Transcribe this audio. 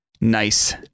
nice